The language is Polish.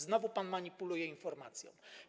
Znowu pan manipuluje informacjami.